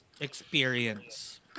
experience